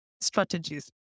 strategies